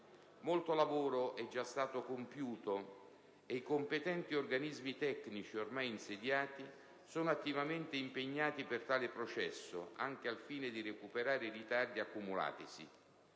molto lavoro è stato già compiuto e i competenti organismi tecnici ormai insediati sono attivamente impegnati per tale processo, anche al fine di recuperare i ritardi accumulatisi.